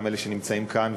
גם אלה שנמצאים כאן,